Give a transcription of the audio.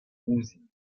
ouzhin